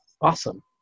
Awesome